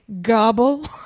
Gobble